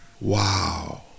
Wow